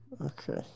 Okay